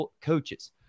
coaches